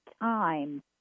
time